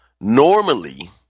Normally